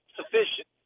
sufficient